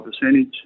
percentage